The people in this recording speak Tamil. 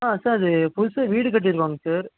ஆ சார் இது புதுசாக வீடு கட்டியிருக்கோங்க சார்